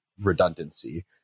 redundancy